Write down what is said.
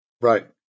Right